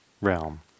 realm